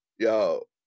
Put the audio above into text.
Yo